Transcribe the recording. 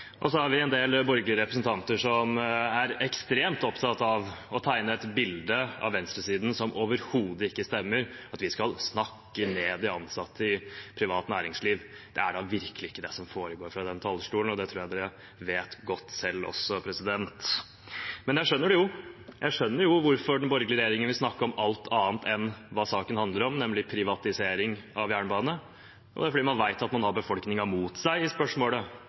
og så har vi en del borgerlige representanter som er ekstremt opptatt av å tegne et bilde av venstresiden som overhodet ikke stemmer – at vi skal snakke ned de ansatte i privat næringsliv. Det er da virkelig ikke det som foregår fra denne talerstolen, og det tror jeg de vet godt selv også. Men jeg skjønner det jo. Jeg skjønner hvorfor den borgerlige regjeringen vil snakke om alt annet enn det saken handler om, nemlig privatisering av jernbanen. Det er fordi man vet at man har befolkningen mot seg i spørsmålet